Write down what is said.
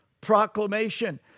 proclamation